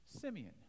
Simeon